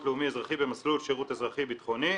לאומי אזרחי במסלול שירות אזרחי ביטחוני.